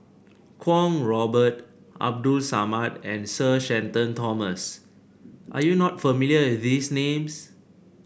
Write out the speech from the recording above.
Kwong Robert Abdul Samad and Sir Shenton Thomas are you not familiar with these names